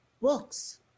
books